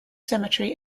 cemetery